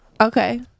Okay